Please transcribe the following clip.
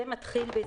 זה מתחיל בזה.